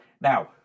Now